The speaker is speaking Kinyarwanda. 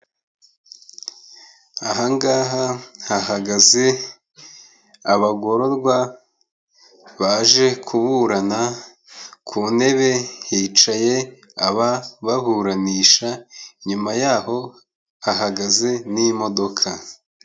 Ahangaha hahagaze abagororwa baje kuburana, ku ntebe hicaye abababuranisha, inyuma yaho hagaze n'imodoka.